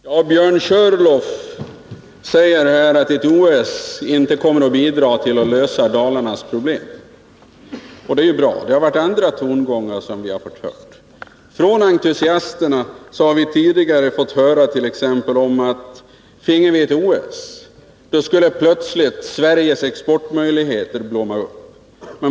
Herr talman! Björn Körlof säger att ett OS inte kommer att bidra till att lösa Dalarnas problem. Det är bra. Tidigare har vi ju hört andra tongångar. Entusiasterna har t.ex. sagt att finge vi ett OS skulle Sveriges exportmöjligheter plötsligt blomma upp.